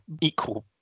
equal